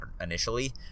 initially